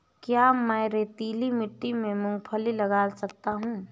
क्या मैं रेतीली मिट्टी में मूँगफली लगा सकता हूँ?